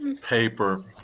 Paper